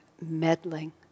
meddling